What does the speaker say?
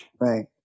Right